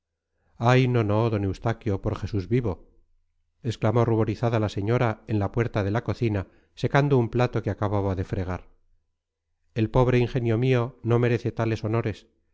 ay no no d eustaquio por jesús vivo exclamó ruborizada la señora en la puerta de la cocina secando un plato que acababa de fregar el pobre ingenio mío no merece tales honores